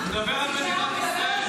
הוא מדבר על מדינת ישראל.